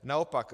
Naopak.